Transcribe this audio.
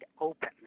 open